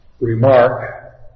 remark